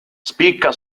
spicca